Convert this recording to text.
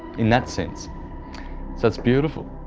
in that sense so it's beautiful!